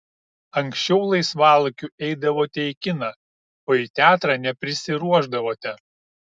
anksčiau laisvalaikiu eidavote į kiną o į teatrą neprisiruošdavote